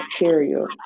material